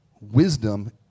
wisdom